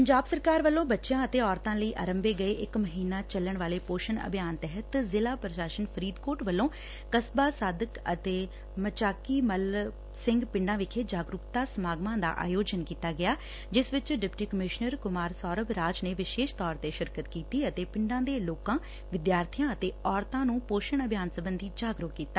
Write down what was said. ਪੰਜਾਬ ਸਰਕਾਰ ਵਲੋ ਬੱਚਿਆਂ ਅਤੇ ਔਰਤਾ ਲਈ ਆਰੰਭੇ ਗਏ ਇਕ ਮਹੀਨਾ ਚੱਲਣ ਵਾਲੇ ਪੋਸ਼ਣ ਅਭਿਆਨ ਤਹਿਤ ਜ਼ਿਲ੍ਹਾ ਪ੍ਰਸ਼ਾਸਨ ਫ਼ਰੀਦਕੋਟ ਵੱਲੋਂ ਕਸਬਾ ਸਾਦਿਕ ਅਤੇ ਮਚਾਕੀ ਮੱਲ ਸਿੰਘ ਪਿੰਡਾਂ ਵਿਖੇ ਜਾਗਰੁਕਤਾ ਸਮਾਗਮਾਂ ਦਾ ਆਯੋਜਨ ਕੀਤਾ ਗਿਆ ਜਿਸ ਵਿਚ ਡਿਪਟੀ ਕਮਿਸ਼ਨਰ ਕੁਮਾਰ ਸੌਰਭ ਰਾਜ ਨੇ ਵਿਸ਼ੇਸ਼ ਤੌਰ ਤੇ ਸ਼ਿਰਕਤ ਕੀਤੀ ਅਤੇ ਪਿੰਡਾਂ ਦੇ ਲੋਕਾਂ ਵਿਦਿਆਰਬੀਆਂ ਅਤੇ ਔਰਤਾਂ ਨੁੰ ਪੋਸ਼ਣ ਅਭਿਆਨ ਸਬੰਧੀ ਜਾਗਰੁਕ ਕੀਤਾ